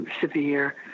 severe